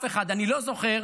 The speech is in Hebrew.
אני לא זוכר